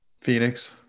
phoenix